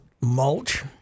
mulch